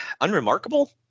unremarkable